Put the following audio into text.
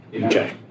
Okay